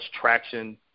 traction